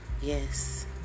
Yes